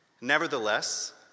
Nevertheless